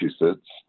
Massachusetts